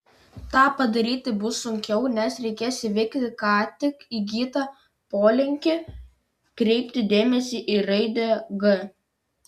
tą padaryti bus sunkiau nes reikės įveikti ką tik įgytą polinkį kreipti dėmesį į raidę g